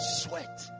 sweat